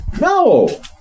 No